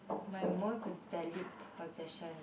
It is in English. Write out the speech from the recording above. my most valued possession